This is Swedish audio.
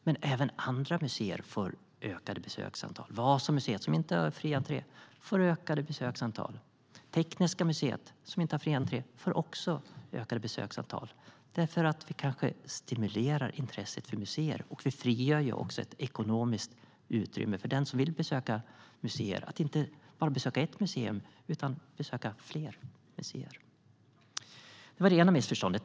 Men även andra museer får ökade besöksantal. Vasamuseet, som inte har fri entré, får ökade besöksantal. Tekniska museet, som inte har fri entré, får också ökade besöksantal. Det kanske stimulerar intresset för museer, och det frigör också ett ekonomiskt utrymme för den som vill besöka museer att besöka inte bara ett museum utan flera. Det var det ena missförståndet.